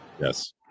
Yes